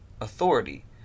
authority